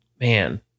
man